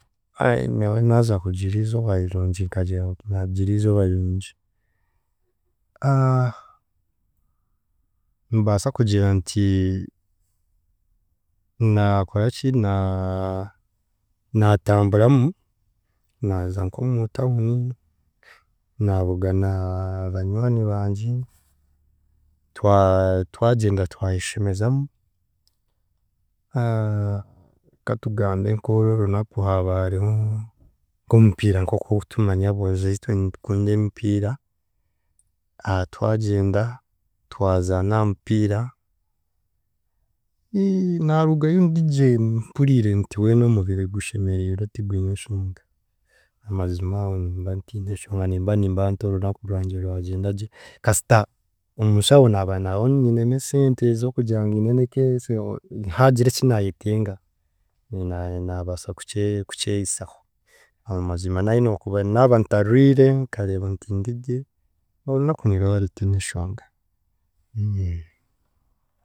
Nyowe naaza kugira izooba rirungi nkagira nti naagira izooba rirungi, nimbaasa kugira nti naakoraki na- naatamburamu naaza nk'omu town naabugana banywani bangye twa- twagyenda twayeshemezamu katugambe nk’oru orunaku haaba hariho nk'omupiira nk'oku okutumanya aboojo itwe nitukunda emipiira, twagyenda twazaana aha mupiira, naarugayo ndigye mpurire nti weena omubiri gushemerirwe tigwine shonga, amazima aho nimba ntiine eshonga nimba nimbara nti orunaku rwangye rwagyendagye kasita omuushaho naaba naho nyinemu esente ez'okugira ngu in any case haagira ekinaayetenga, naanye naabaasa kukye kukyehisaho aho maziima nahinookuba naaba ntarwire, nkareeba nti ndigye, orunaku niruba rutiine shonga.